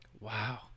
wow